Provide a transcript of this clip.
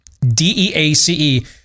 D-E-A-C-E